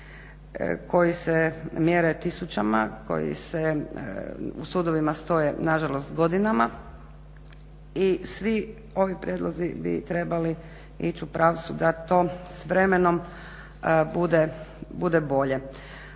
koji se mjere tisućama, koji se u sudovima stoje nažalost godinama i svi ovi prijedlozi bi trebali ić u pravcu da to s vremenom bude bolje.